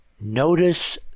notice